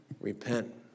Repent